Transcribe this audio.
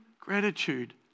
gratitude